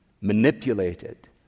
manipulated